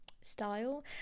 style